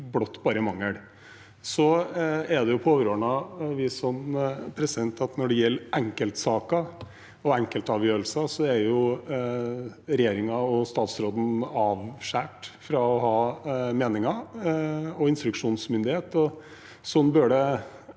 skulle bare mangle. Så er det på overordnet vis slik at når det gjelder enkeltsaker og enkeltavgjørelser, er regjeringen og statsråden avskåret fra å ha meninger og instruksjonsmyndighet, og slik bør det